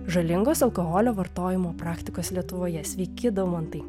žalingos alkoholio vartojimo praktikos lietuvoje sveiki daumantai